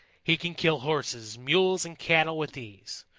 he can kill horses, mules and cattle with ease,